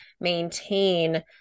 maintain